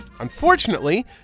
Unfortunately